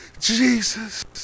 Jesus